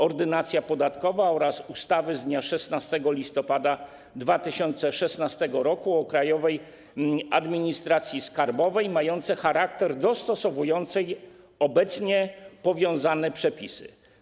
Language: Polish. Ordynacja podatkowa oraz ustawie z dnia 16 listopada 2016 r. o Krajowej Administracji Skarbowej mające charakter dostosowujący obecne powiązane przepisy.